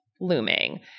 looming